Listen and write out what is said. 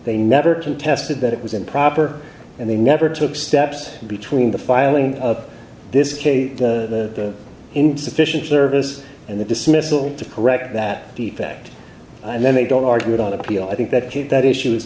they never contested that it was improper and they never took steps between the filing of this case the insufficient service and the dismissal to correct that defect and then they don't argue it on appeal i think that that issue is